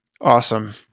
Awesome